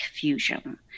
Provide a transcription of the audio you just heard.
fusion